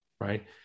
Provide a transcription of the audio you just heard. Right